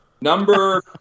Number